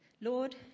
Lord